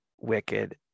wicked